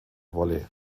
wolle